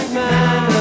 man